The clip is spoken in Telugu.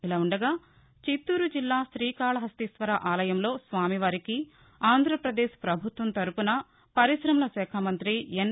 ఇలా ఉండగా చిత్తూరుజిల్లా శ్రీకాళహస్లీవ్వర ఆలయంలో స్వామివారికి ఆంధ్రప్రదేశ్ ప్రభుత్వం తరఫున పర్కిశమల శాఖా మంత్రి ఎన్